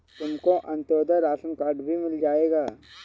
तुमको Antyodaya ration card भी मिल जाएगा